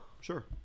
sure